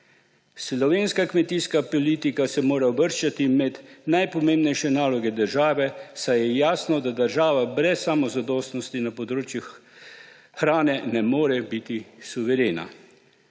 Slovenska kmetijska politika se mora uvrščati med najpomembnejše naloge države, saj je jasno, da država brez samozadostnosti na področju hrane ne more biti suverena.